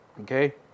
Okay